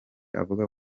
avuga